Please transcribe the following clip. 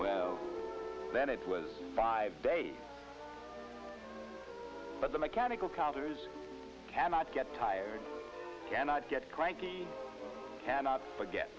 well then it was five days but the mechanical counters cannot get tired cannot get cranky cannot forget